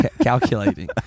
calculating